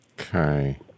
Okay